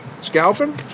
Scalping